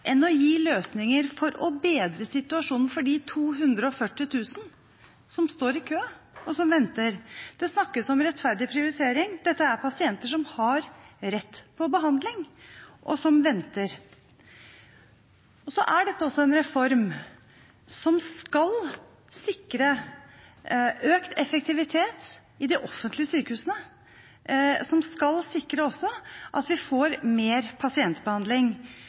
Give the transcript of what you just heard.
enn å gi løsninger for å bedre situasjonen for de 240 000 som står i kø, og som venter. Det snakkes om rettferdig prioritering. Dette er pasienter som har rett på behandling, og som venter. Så er dette også en reform som skal sikre økt effektivitet i de offentlige sykehusene, som skal sikre at vi får mer pasientbehandling.